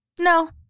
no